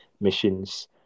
missions